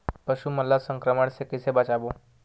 पशु मन ला संक्रमण से कइसे बचाबो?